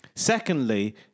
Secondly